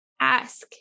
ask